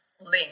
link